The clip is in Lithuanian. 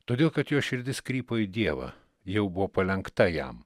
todėl kad jo širdis krypo į dievą jau buvo palenkta jam